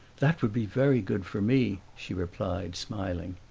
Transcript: that would be very good for me, she replied, smiling.